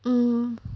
mm